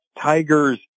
Tiger's